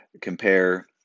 Compare